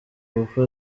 kuko